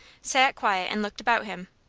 sat quiet and looked about him.